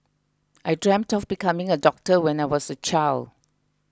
I dreamt of becoming a doctor when I was a child